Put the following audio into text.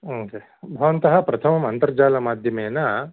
म् के भवन्तः प्रथमम् अन्तर्जालमाध्यमेन